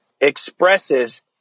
expresses